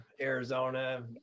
Arizona